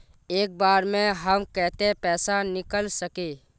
एक बार में हम केते पैसा निकल सके?